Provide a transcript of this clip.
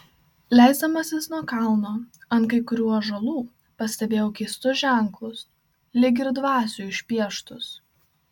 leisdamasis nuo kalno ant kai kurių ąžuolų pastebėjau keistus ženklus lyg ir dvasių išpieštus